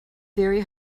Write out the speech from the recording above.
very